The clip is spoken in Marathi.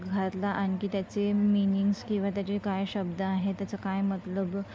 घातला आणखी त्याचे मीनिंग्स किंवा त्याचे काय शब्द आहे त्याचं काय मतलब